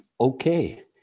okay